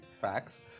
facts